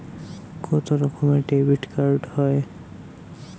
কত রকমের ডেবিটকার্ড হয়?